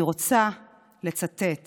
אני רוצה לצטט